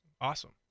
Awesome